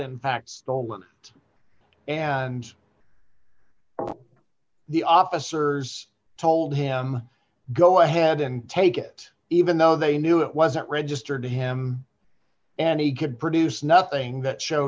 fact stolen it and the officers told him go ahead and take it even though they knew it wasn't registered to him and he could produce nothing that show